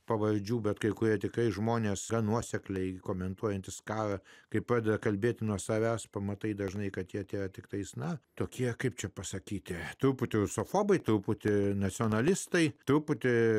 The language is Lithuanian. pavardžių bet kai kurie etikai žmonės nuosekliai komentuojantys karą kai pradeda kalbėti nuo savęs pamatai dažnai kad jie atėjo tiktais na tokie kaip čia pasakyti truputį rusofobai truputį nacionalistai truputį